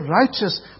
righteous